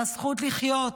על הזכות לחיות,